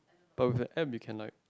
oh the app you can like